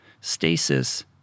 stasis